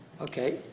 Okay